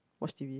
watch t_v